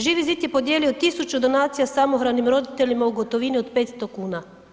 Živi zid je podijelio 1000 donacija samohranim roditeljima u gotovini od 500,00 kn.